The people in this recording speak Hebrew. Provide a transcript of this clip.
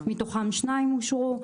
מתוכן שתיים אושרו.